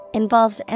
involves